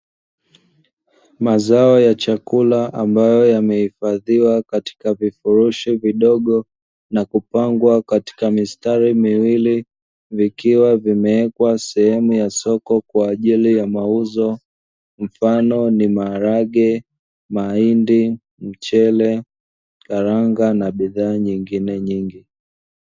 Mazao ya chakula ambayo yamehifadhiwa katika vifurushi vidogo, na kupangwa katika mistari miwili, vikiwa vimewekwa sehemu ya soko kwa ajili ya mauzo, mfano ni: maharage, mahindi, mchele, karanga na bidhaa nyingine nyingi.